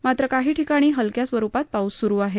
मात्र काही ठिकाणी हलक्या स्वरुपात पाऊस स्रु आहे